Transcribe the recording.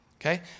okay